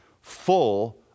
full